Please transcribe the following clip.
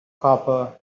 copper